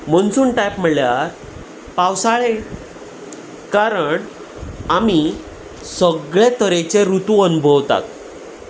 monsoon type म्हणल्यार पावसाळें कारण आमी सगळे तरेचे रुतू अनभवतात